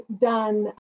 done